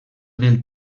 del